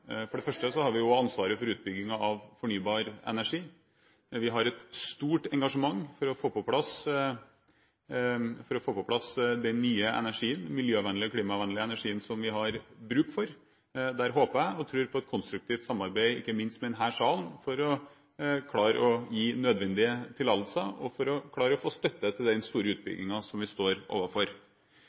For det første har vi ansvaret for utbygging av fornybar energi, men vi har et stort engasjement for å få på plass den nye energien – den miljøvennlige og klimavennlige energien som vi har bruk for. Der håper og tror jeg på et konstruktivt samarbeid, ikke minst med denne salen, for å klare å gi nødvendige tillatelser og for å klare å få støtte til den store utbyggingen som vi står overfor.